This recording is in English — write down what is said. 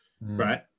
right